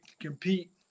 compete